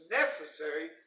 necessary